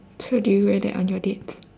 so do you wear that on your dates